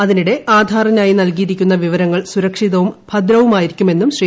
അതിനിടെ ആധാറിനായി നൽകിയിരിക്കുന്ന വിവരങ്ങൾ സുരക്ഷിതവും ഭദ്രവുമായിരിക്കുമെന്നും ശ്രീ